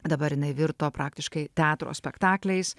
dabar jinai virto praktiškai teatro spektakliais